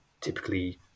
typically